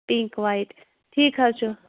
pink white ٹھیٖک حظ چھُ